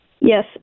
Yes